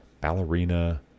ballerina